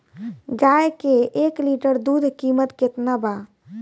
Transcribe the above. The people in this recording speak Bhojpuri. गाय के एक लीटर दूध कीमत केतना बा?